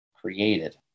created